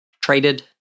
traded